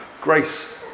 grace